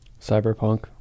cyberpunk